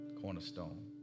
Cornerstone